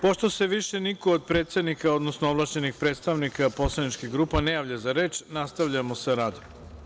Pošto se više niko od predsednika, odnosno ovlašćenih predstavnika poslaničkih grupa ne javlja za reč, nastavljamo sa radom.